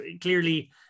Clearly